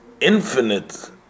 infinite